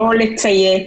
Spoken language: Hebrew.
לא לצייץ,